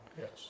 Yes